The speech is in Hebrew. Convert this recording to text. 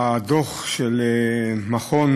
הדוח של מכון